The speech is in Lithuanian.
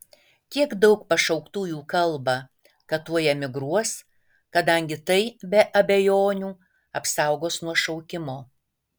kiek daug pašauktųjų kalba kad tuoj emigruos kadangi tai be abejonių apsaugos nuo šaukimo